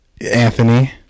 Anthony